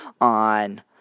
on